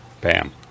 Bam